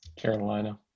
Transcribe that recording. Carolina